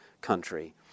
country